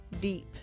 deep